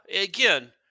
Again